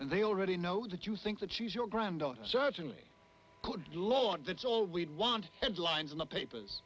they already know that you think that she's your granddaughter certainly good lord that's all we want and lines in the papers